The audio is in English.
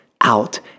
out